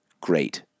Great